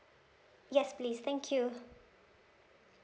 yes please thank you